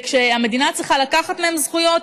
כשהמדינה צריכה לקחת מהם זכויות,